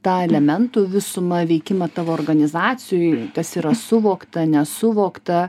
tą elementų visumą veikimą tavo organizacijoj tas yra suvokta nesuvokta